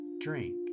drink